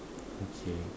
okay